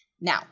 Now